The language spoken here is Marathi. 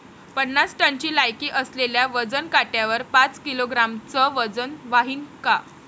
पन्नास टनची लायकी असलेल्या वजन काट्यावर पाच किलोग्रॅमचं वजन व्हईन का?